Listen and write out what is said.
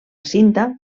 cinta